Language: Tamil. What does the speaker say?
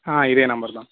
ஆ இதே நம்பர் தான்